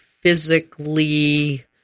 physically –